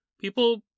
People